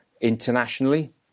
internationally